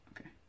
Okay